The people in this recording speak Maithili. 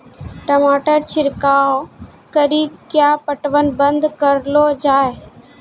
टमाटर छिड़काव कड़ी क्या पटवन बंद करऽ लो जाए?